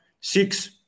six